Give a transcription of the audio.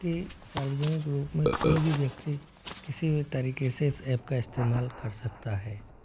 की सार्वजनिक रूप में कोई भी व्यक्ति किसी भी तरीके से इस ऐप का इस्तेमाल कर सकता है